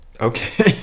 Okay